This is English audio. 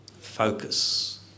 Focus